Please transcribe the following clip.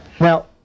Now